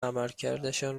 عملکردشان